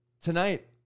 tonight